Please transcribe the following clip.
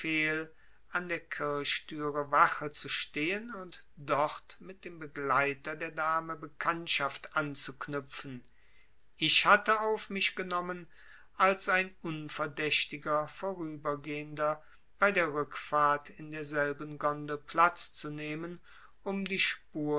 an der kirchtüre wache zu stehen und dort mit dem begleiter der dame bekanntschaft anzuknüpfen ich hatte auf mich genommen als ein unverdächtiger vorübergehender bei der rückfahrt in derselben gondel platz zu nehmen um die